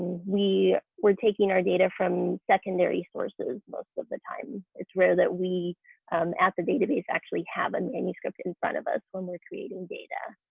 we're taking our data from secondary sources most of the time. it's rare that we at the database actually have a manuscript in front of us when we're creating data.